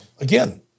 Again